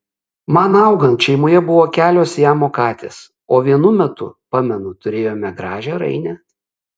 man augant šeimoje buvo kelios siamo katės o vienu metu pamenu turėjome gražią rainę